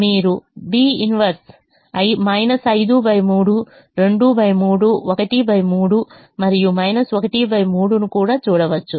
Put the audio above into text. మీరు B 1 5 3 23 1 3 మరియు 1 3 ను కూడా చూడవచ్చు